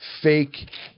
fake